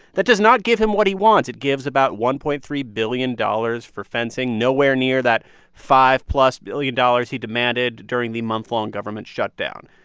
that does not give him what he wants. it gives about one point three billion dollars for fencing, nowhere near that five-plus billion dollars he demanded during the month-long government shutdown.